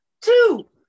two